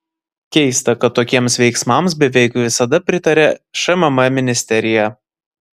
keista kad tokiems veiksmams beveik visada pritaria šmm ministerija